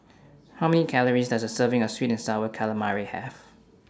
How Many Calories Does A Serving of Sweet and Sour Calamari Have